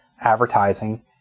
advertising